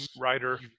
writer